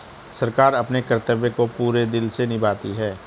सरकार अपने कर्तव्य को पूरे दिल से निभाती है